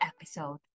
episode